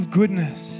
goodness